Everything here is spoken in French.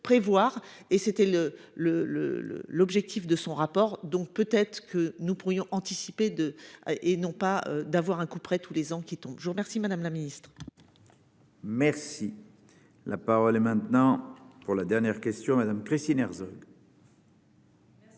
le le le l'objectif de son rapport. Donc peut-être que nous pourrions anticipée de et non pas d'avoir un couperet tous les ans qui tombe, je vous remercie, madame la ministre. Merci la parole est maintenant pour la dernière question madame Christine Herzog.